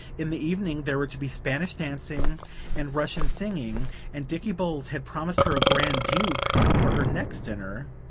in the evening there were to be spanish dancing and russian singing and dicky bowles had promised her a grand duke for her next dinner,